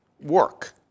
work